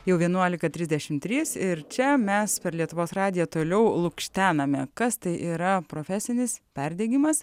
jau vienuolika trisdešimt trys ir čia mes per lietuvos radiją toliau lukštename kas tai yra profesinis perdegimas